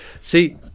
See